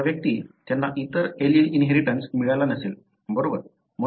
या व्यक्ती त्यांना इतर एलील्स इनहेरिटन्स मिळाला नसेल बरोबर